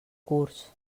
curs